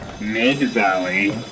Mid-Valley